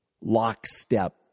lockstep